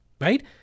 Right